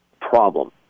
problem